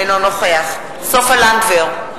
אינו נוכח סופה לנדבר,